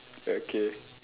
okay